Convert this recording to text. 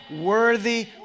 worthy